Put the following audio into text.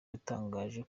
yatangaje